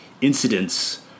incidents